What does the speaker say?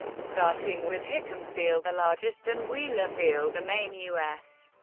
starting with hickam field, the largest, and wheeler field, the main u s.